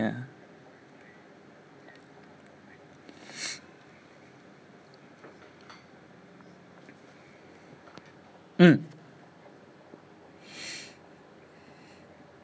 ya mm